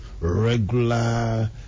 regular